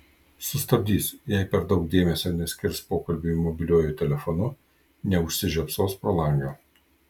sustabdys jei per daug dėmesio neskirs pokalbiui mobiliuoju telefonu neužsižiopsos pro langą